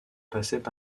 passaient